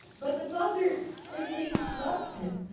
but the father simply loves him,